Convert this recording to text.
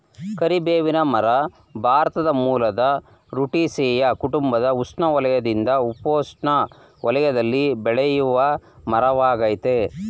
ಕರಿಬೇವಿನ ಮರ ಭಾರತ ಮೂಲದ ರುಟೇಸಿಯೇ ಕುಟುಂಬದ ಉಷ್ಣವಲಯದಿಂದ ಉಪೋಷ್ಣ ವಲಯದಲ್ಲಿ ಬೆಳೆಯುವಮರವಾಗಯ್ತೆ